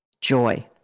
joy